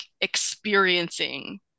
experiencing